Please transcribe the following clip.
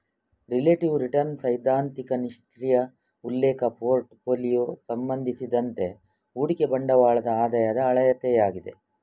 relative return ಸೈದ್ಧಾಂತಿಕ ನಿಷ್ಕ್ರಿಯ ಉಲ್ಲೇಖ ಪೋರ್ಟ್ ಫೋಲಿಯೊ ಸಂಬಂಧಿಸಿದಂತೆ ಹೂಡಿಕೆ ಬಂಡವಾಳದ ಆದಾಯದ ಅಳತೆಯಾಗಿದೆ